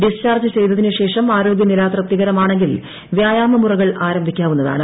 discharge ചെയ്തതിനുശേഷം ആരോഗ്യനില തൃപ്തികരമാണെങ്കിൽ വ്യായാമ മുറകൾ ആരംഭിക്കാവുന്നതാണ്